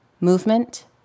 movement